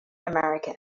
america